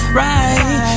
right